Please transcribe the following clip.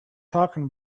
talking